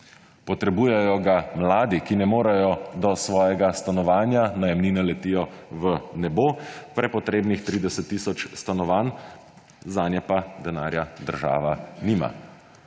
Potrebujejo ga mladi, ki ne morejo do svojega stanovanja; najemnine letijo v nebo, za prepotrebnih 30 tisoč stanovanj zanje pa država denarja nima.